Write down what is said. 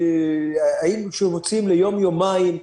כשמוציאים ליום-יומיים,